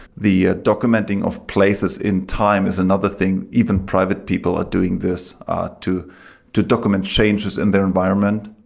the ah documenting of places in time is another thing. even private people are doing this to to document changes in their environment,